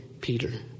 Peter